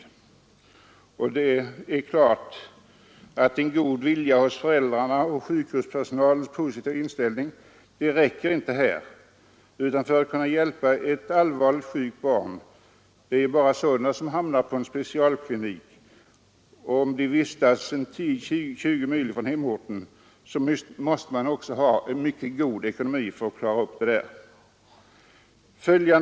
Det är klart att det inte är tillräckligt med en god vilja hos föräldrarna och med sjukhuspersonalens positiva inställning, utan för att kunna klara upp svårigheterna behövs det också en mycket god ekonomi, om föräldrarna skall kunna hjälpa ett allvarligt sjukt barn — det är bara sådana barn som hamnar på specialkliniker — som kanske ligger 10—20 mil från hemorten.